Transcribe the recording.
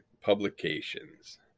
Publications